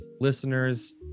listeners